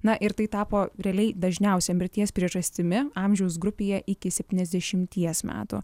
na ir tai tapo realiai dažniausia mirties priežastimi amžiaus grupėje iki septyniasdešimties metų